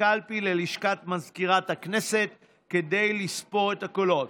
הקלפי ללשכת מזכירת הכנסת כדי לספור את הקולות.